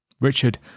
Richard